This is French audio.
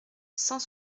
cent